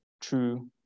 true